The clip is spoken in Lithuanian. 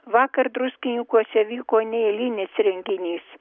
vakar druskininkuose vyko neeilinis renginys